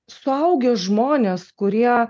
suaugę žmonės kurie